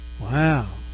Wow